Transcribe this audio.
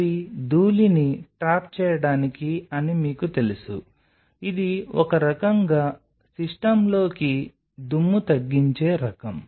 అవి ధూళిని ట్రాప్ చేయడానికి అని మీకు తెలుసు ఇది ఒక రకం గా సిస్టమ్లోకి దుమ్ము తగ్గించే రకం